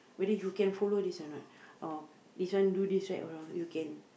whether you can follow this or not or this one do this right or wrong you can